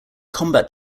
combat